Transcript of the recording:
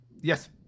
yes